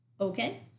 Okay